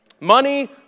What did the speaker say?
Money